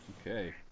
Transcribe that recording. Okay